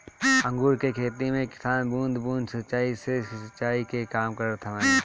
अंगूर के खेती में किसान बूंद बूंद सिंचाई से सिंचाई के काम करत हवन